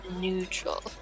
neutral